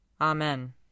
Amen